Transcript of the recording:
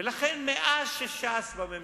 ולכן, מאז שש"ס בממשלה,